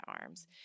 arms